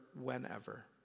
whenever